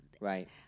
right